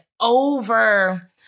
over